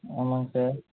ஆமாங்க சார்